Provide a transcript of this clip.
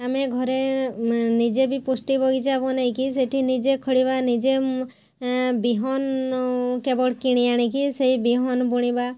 ଆମେ ଘରେ ନିଜେ ବି ପୃଷ୍ଟି ବଗିଚା ବନାଇକି ସେଇଠି ନିଜେ ଖୋଳିବା ନିଜେ ବିହନ କେବଳ କିଣି ଆଣିକି ସେଇ ବିହନ ବୁଣିବା